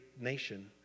nation